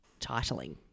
titling